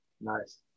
Nice